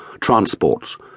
transports